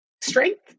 strength